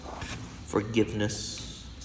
forgiveness